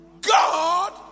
God